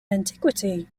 antiquity